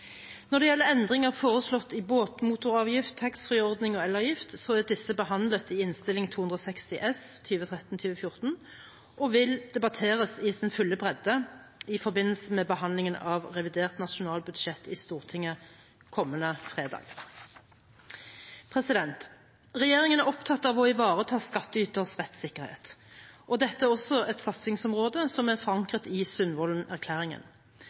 Når det gjelder endringer foreslått i båtmotoravgift, taxfree-ordning og elavgift, er disse behandlet i Innst. 260 S for 2013–2014 og vil debatteres i sin fulle bredde i forbindelse med behandlingen av revidert nasjonalbudsjett i Stortinget kommende fredag. Regjeringen er opptatt av å ivareta skattyters rettsikkerhet, og dette er også et satsingsområde som er forankret i